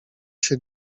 się